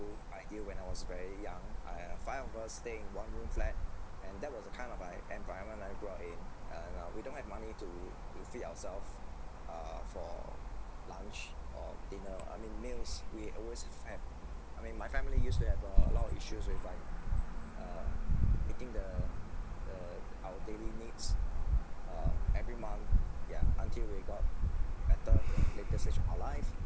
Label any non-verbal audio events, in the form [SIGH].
[BREATH]